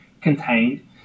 contained